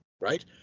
right